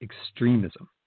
extremism